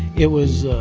it was